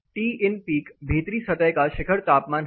Tin peak भीतरी सतह का शिखर तापमान है